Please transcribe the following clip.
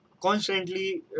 constantly